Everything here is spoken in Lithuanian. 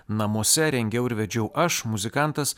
namuose rengiau ir vedžiau aš muzikantas